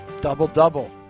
Double-double